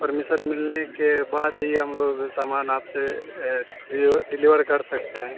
permission ملنے کے بعد ہی ہم لوگ سامان آپ سے ڈلیور کر سکتے ہیں